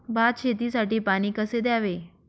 भात शेतीसाठी पाणी कसे द्यावे?